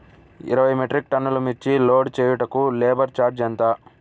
ఇరవై మెట్రిక్ టన్నులు మిర్చి లోడ్ చేయుటకు లేబర్ ఛార్జ్ ఎంత?